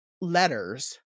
letters